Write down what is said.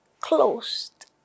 closed